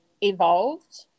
evolved